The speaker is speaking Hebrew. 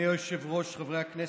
אדוני היושב-ראש, חברי הכנסת,